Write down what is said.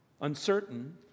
uncertain